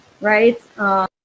right